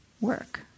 work